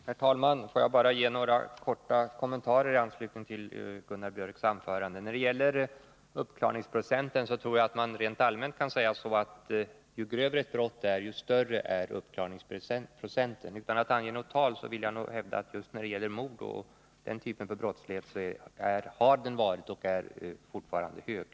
Herr talman! Får jag bara ge några korta kommentarer i anslutning till Gunnar Biörcks anförande. När det gäller uppklaringsprocenten tror jag att man rent allmänt kan säga att ju grövre ett brott är, desto större är uppklaringsprocenten. Utan att vilja ange något tal vill jag hävda att uppklaringsprocenten just när det gäller mord och den typen av brottslighet har varit och fortfarande är hög.